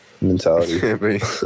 mentality